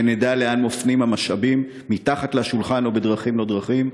שנדע לאן מופנים המשאבים מתחת לשולחן או בדרכים-לא-דרכים?